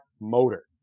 motor